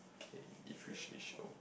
okay if you say so